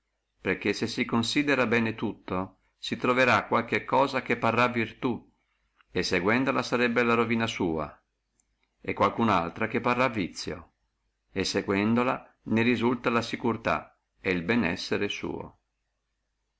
perché se si considerrà bene tutto si troverrà qualche cosa che parrà virtù e seguendola sarebbe la ruina sua e qualcuna altra che parrà vizio e seguendola ne riesce la securtà et il bene essere suo